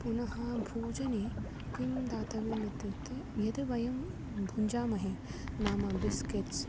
पुनः भोजने किं दातव्यमित्युक्ते यद् वयं भुञ्जामहे नाम बिस्केट्स्